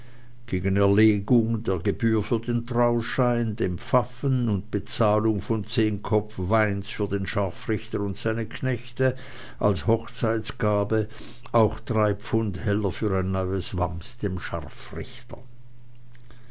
gegen erlegung der gebühr für den trauschein dem pfaffen und bezahlung von zehn kopf weins für den scharfrichter und seine knechte als hochzeitgabe auch drei pfund heller für ein neues wams dem scharfrichter